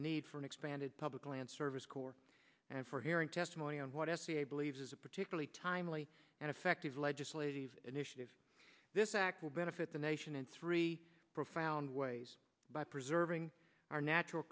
the need for an expanded public land service corps and for hearing testimony on what s b a believes is a particularly timely and effective legislative initiative this act will benefit the nation in three profound ways by preserving our natural